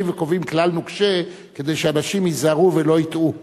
באים וקובעים כלל נוקשה כדי שאנשים ייזהרו ולא יטעו.